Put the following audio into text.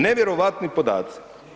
Nevjerojatni podaci.